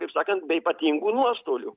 kaip sakant be ypatingų nuostolių